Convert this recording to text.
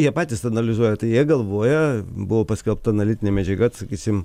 jie patys analizuoja tai jie galvoja buvo paskelbta analitinė medžiaga sakysim